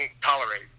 tolerate